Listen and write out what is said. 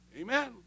Amen